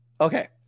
Okay